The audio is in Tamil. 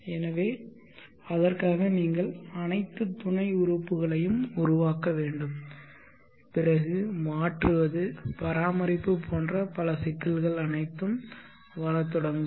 எனவே அதற்காக நீங்கள் அனைத்து துணை உறுப்புகளையும் உருவாக்க வேண்டும் பிறகு மாற்றுவது பராமரிப்பு போன்ற பல சிக்கல்கள் அனைத்தும் வரத் தொடங்கும்